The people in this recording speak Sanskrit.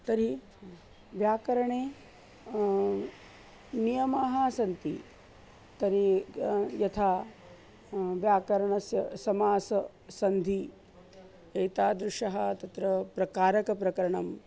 तर्हि व्याकरणे नियमाः सन्ति तर्हि क् यथा व्याकरणस्य समासः सन्धिः एतादृशः तत्र प्र कारकप्रकरणम्